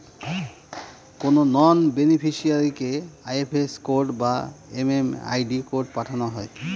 কোনো নন বেনিফিসিরইকে IFS code বা এম.এম.আই.ডি কোড পাঠানো হয়